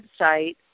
website